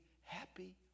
happy